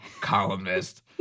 columnist